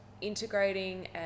integrating